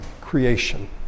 creation